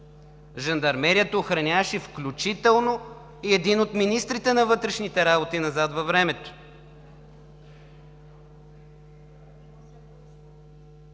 „Жандармерията“ охраняваше и един от министрите на вътрешните работи назад във времето.